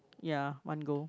ya one go